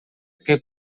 que